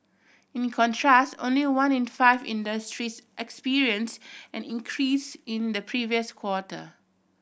in contrast only one in five industries experience and increase in the previous quarter